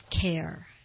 care